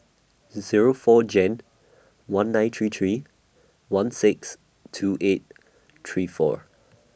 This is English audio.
Zero four Jan one nine three three one six two eight three four